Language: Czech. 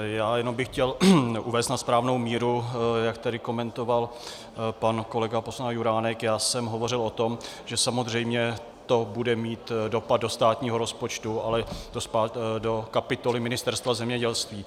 Já jenom bych chtěl uvést na správnou míru, jak tady komentoval pan kolega poslanec Juránek já jsem hovořil o tom, že samozřejmě to bude mít dopad do státního rozpočtu, ale do kapitoly Ministerstva zemědělství.